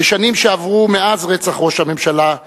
בשנים שעברו מאז רצח ראש הממשלה,